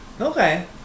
Okay